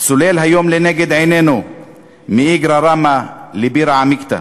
צולל היום לנגד עינינו מאיגרא רמא לבירא עמיקתא.